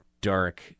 dark